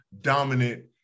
dominant